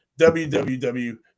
www